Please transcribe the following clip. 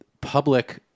public